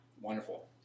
Wonderful